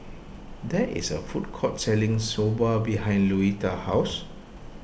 there is a food court selling Soba behind Luetta's house